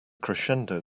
crescendo